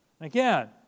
Again